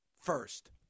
first